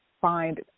find